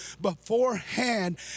beforehand